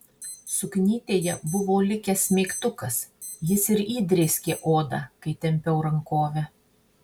suknytėje buvo likęs smeigtukas jis ir įdrėskė odą kai tempiau rankovę